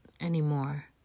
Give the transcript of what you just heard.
anymore